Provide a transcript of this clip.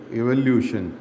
evolution